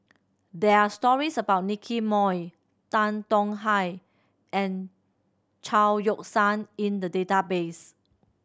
there are stories about Nicky Moey Tan Tong Hye and Chao Yoke San in the database